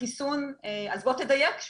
אז בוא תדייק,